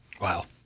Wow